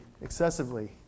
excessively